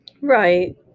Right